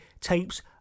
tapes